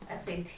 SAT